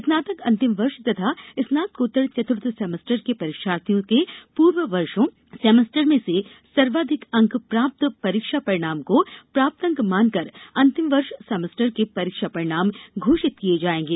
स्नातक अंतिम वर्ष तथा स्नातकोत्तर चतुर्थ सेमेस्टर के परीक्षार्थियों के पूर्व वर्षों सेमेस्टर्स में से सर्वाधिक अंक प्राप्त परीक्षा परिणाम को प्राप्तांक मानकर अंतिम वर्षसेमेस्टर के परीक्षा परिणाम घोषित किए जाएंगे